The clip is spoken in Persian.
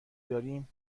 داریم